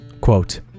Quote